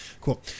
cool